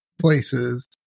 places